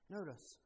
Notice